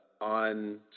on